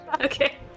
Okay